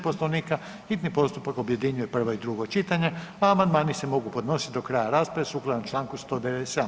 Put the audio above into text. Poslovnika hitni postupak objedinjuje prvo i drugo čitanje, a amandmani se mogu podnositi do kraja rasprave sukladno čl. 197.